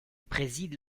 préside